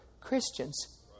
Christians